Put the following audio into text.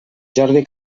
jordi